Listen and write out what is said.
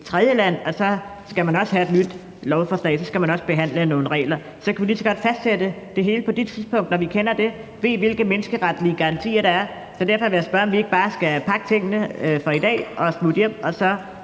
tredjeland, så også skal have et nyt lovforslag og så også skal behandle nogle regler. Så kan vi lige så godt fastsætte det hele på det tidspunkt, når vi kender det og ved, hvilke menneskeretlige garantier der er. Så derfor vil jeg spørge, om vi ikke bare skal pakke sammen for i dag og smutte hjem. Og så